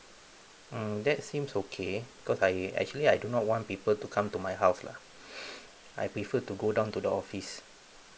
uh that seems okay cause I I actually I do not want people to come to my house lah I prefer to go down to the office